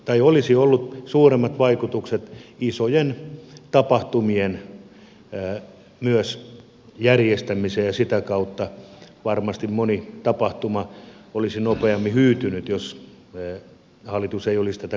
tällä olisi ollut suuremmat vaikutukset myös isojen tapahtumien järjestämiseen ja sitä kautta varmasti moni tapahtuma olisi nopeammin hyytynyt jos hallitus ei olisi tätä korjaavaa liikettä tehnyt